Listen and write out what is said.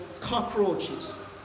cockroaches